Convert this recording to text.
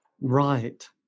Right